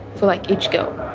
for like each girl.